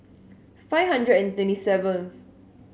five hundred and twenty seventh